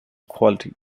quality